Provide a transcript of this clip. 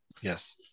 Yes